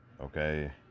Okay